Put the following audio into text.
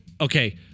okay